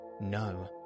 No